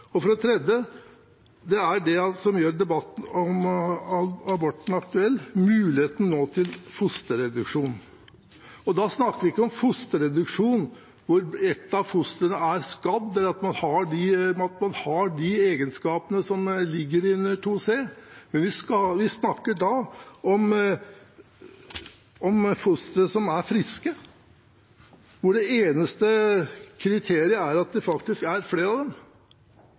enn tidligere. Det tredje er det som gjør debatten om abort aktuell: muligheten til fosterreduksjon. Da snakker vi ikke om fosterreduksjon hvor ett av fostrene er skadet eller har de egenskapene som kommer inn under § 2 c, men vi snakker om fostre som er friske, hvor det eneste kriteriet er at det faktisk er flere av dem.